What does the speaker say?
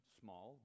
small